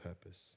purpose